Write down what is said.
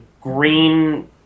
green